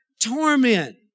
torment